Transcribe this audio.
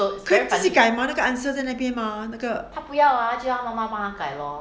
可以自己改吗那个 answer 在那边吗那个